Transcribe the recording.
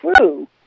true